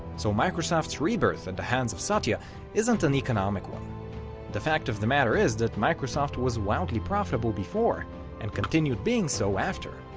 so microsoft's rebirth at the hands of satya isn't an economic one the fact of the matter is that microsoft was wildly profitable before and continued being so after.